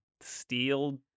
steel